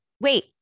wait